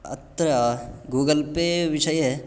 अत्र Google Pay विषये